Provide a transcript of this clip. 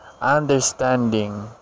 understanding